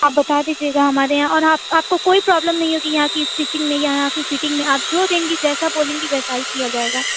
آپ بتا دیجیے گا ہمارے یہاں اورآپ آپ کو کوئی پرابلم نہیں ہوگی یہاں کی اسٹچنگ میں یہاں کی فٹنگ میں آپ جو دیں گی جیسا بولیں گی ویسا ہی کیا جائے گا